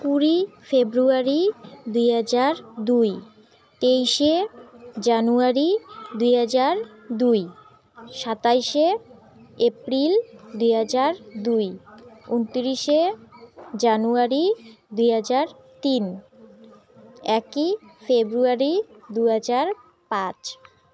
কুড়ি ফেব্রুয়ারি দুই হাজার দুই তেইশে জানুয়ারি দুই হাজার দুই সাতাশে এপ্রিল দুই হাজার দুই উনতিরিশে জানুয়ারি দুই হাজার তিন একই ফেব্রুয়ারি দু হাজার পাঁচ